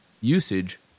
usage